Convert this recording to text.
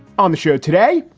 on the show today,